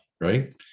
right